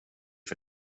för